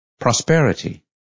Prosperity